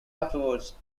afterwards